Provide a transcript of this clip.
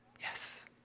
Yes